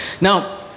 Now